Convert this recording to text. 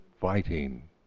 fighting